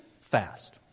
fast